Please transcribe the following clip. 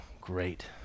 great